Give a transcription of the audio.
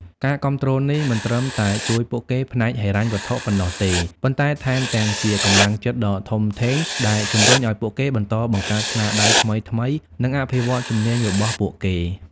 ការគាំទ្រនេះមិនត្រឹមតែជួយពួកគេផ្នែកហិរញ្ញវត្ថុប៉ុណ្ណោះទេ ប៉ុន្តែថែមទាំងជាកម្លាំងចិត្តដ៏ធំធេងដែលជំរុញឲ្យពួកគេបន្តបង្កើតស្នាដៃថ្មីៗ និងអភិវឌ្ឍន៍ជំនាញរបស់ពួកគេ។